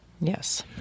Yes